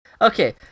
Okay